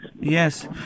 Yes